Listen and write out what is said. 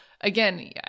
again